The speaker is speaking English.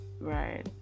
right